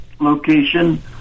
location